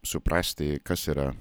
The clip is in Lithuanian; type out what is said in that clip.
suprasti kas yra